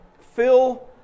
Phil